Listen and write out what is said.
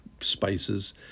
spices